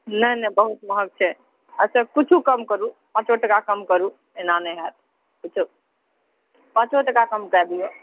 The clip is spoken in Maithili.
नहि नहि बहुत महग छै अच्छा किछु कम करु पाँचो टका कम करु एना नहि हाएत किछु पाँचो टका कम कए दिऔ